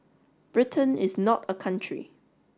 Britain is not a country